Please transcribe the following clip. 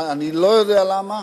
אני לא יודע למה,